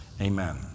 amen